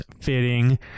fitting